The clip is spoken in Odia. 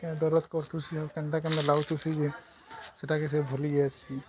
ଦରଦ କଟୁସି ଆଉ କେନ୍ତା କେନ୍ତା ଲାଗଥିସି ଯେ ସେଟାକେ ସେ ଭୁଲି ଯାଇସି